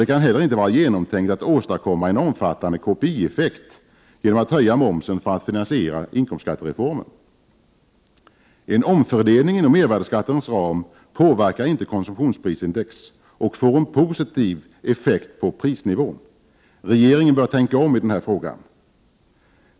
Det kan inte heller vara genomtänkt att åstadkomma en omfattande KPI-effekt genom att höja momsen för att finansiera inkomstskattereformen. En omfördelning inom mervärdeskatternas ram påverkar inte konsumtionsprisindex och får en positiv effekt på prisnivån. Regeringen bör tänka om i den här frågan.